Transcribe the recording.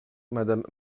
madame